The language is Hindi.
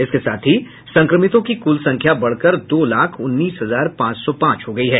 इसके साथ ही संक्रमितों की कुल संख्या बढ़कर दो लाख उन्नीस हजार पांच सौ पांच हो गई है